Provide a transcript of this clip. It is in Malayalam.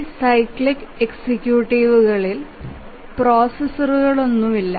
ഈ സൈക്ലിക് എക്സിക്യൂട്ടീവുകളിൽ പ്രോസസ്സറുകളൊന്നുമില്ല